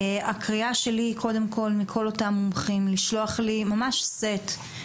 הקריאה שלי קודם כל מכל אותם מומחים לשלוח לי ממש סט,